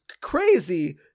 crazy